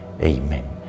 Amen